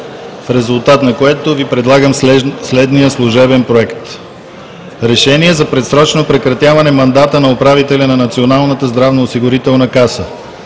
В резултат на това Ви предлагам следния служебен „Проект! РЕШЕНИЕ за предсрочно прекратяване мандата на управителя на Националната здравноосигурителна каса